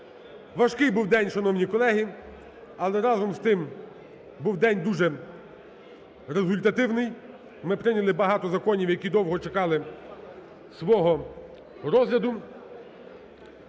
Важкий був день, шановні колеги, але разом з тим був день дуже результативний, ми прийняли багато законів, які довго чекали свого розгляду.